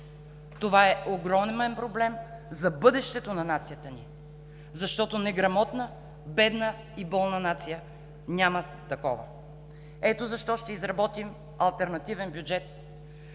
това е огромен проблем за бъдещето на нацията ни, защото неграмотна, бедна и болна нация няма такова. Ето защо ще изработим алтернативен бюджет,